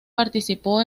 participó